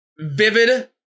vivid